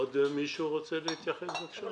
עוד מישהו רוצה להתייחס בבקשה?